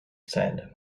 said